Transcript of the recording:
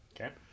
Okay